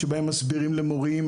שבהם מסבירים למורים,